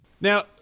Now